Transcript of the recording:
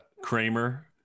Kramer